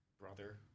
brother